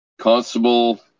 Constable